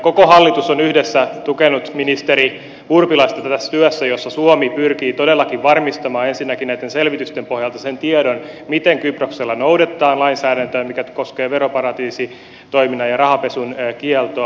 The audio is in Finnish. koko hallitus on yhdessä tukenut ministeri urpilaista tässä työssä jossa suomi pyrkii todellakin varmistamaan ensinnäkin näitten selvitysten pohjalta sen tiedon miten kyproksella noudatetaan lainsäädäntöä mikä koskee veroparatiisitoiminnan ja rahanpesun kieltoa